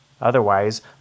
Otherwise